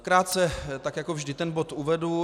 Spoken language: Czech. Krátce jako vždy ten bod uvedu.